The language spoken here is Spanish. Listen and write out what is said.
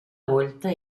vuelta